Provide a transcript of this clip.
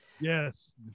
yes